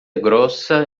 grossa